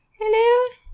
Hello